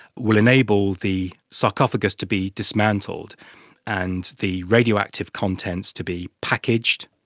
will enable the sarcophagus to be dismantled and the radioactive contents to be packaged,